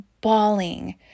bawling